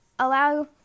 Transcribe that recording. Allow